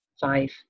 five